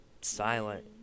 silent